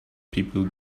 people